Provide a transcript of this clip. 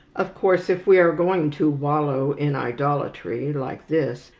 of course, if we are going to wallow in idolatry like this,